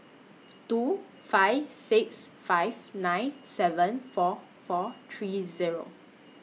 two five six five nine seven four four three Zero